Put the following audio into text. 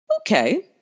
Okay